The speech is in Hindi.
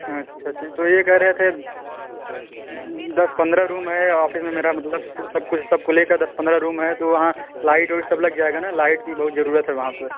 अच्छा अच्छा तो यह कह रहे थे दस पंद्रह रूम हैं ऑफिस में मेरा मतलब सब कुछ सब को लेकर दस पंद्रह रूम हैं तो वहाँ लाइट वाइट सब लग जाएगा ना लाइट की बहुत ज़रूरत है वहाँ पर